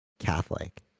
catholic